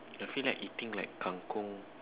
I feel like eating like kangkong